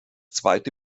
zweite